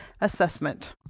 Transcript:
assessment